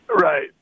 Right